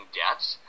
deaths